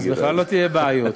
אז בכלל לא יהיו בעיות.